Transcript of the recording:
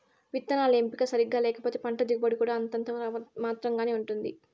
విత్తనాల ఎంపిక సరిగ్గా లేకపోతే పంట దిగుబడి కూడా అంతంత మాత్రం గానే ఉంటుంది